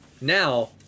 now